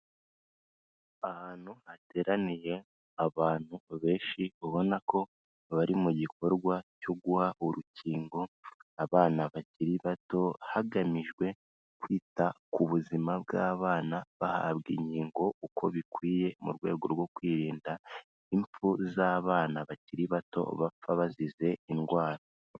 Ahantu hateraniye abantu benshi, ubona ko bari mu gikorwa cyo guha urukingo abana bakiri bato, hagamijwe kwita ku buzima bw'abana bahabwa inkingo uko bikwiye mu rwego rwo kwirinda impfu z'abana bakiri bato bapfa bazize indwara.